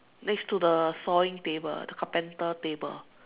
next to the sawing table the carpenter table